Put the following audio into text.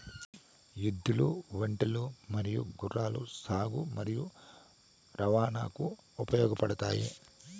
ఎద్దులు, ఒంటెలు మరియు గుర్రాలు సాగు మరియు రవాణాకు ఉపయోగపడుతాయి